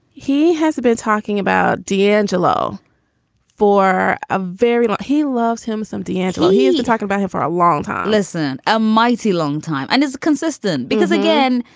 he hasn't been talking about d'angelo for a very long. he loves him some d'angelo. he is talking about him for a long time listen. a mighty long time and is consistent because again,